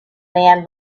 man